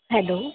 hello